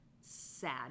sad